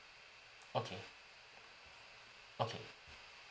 okay okay